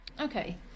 Okay